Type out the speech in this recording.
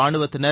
ரானுவத்தினர்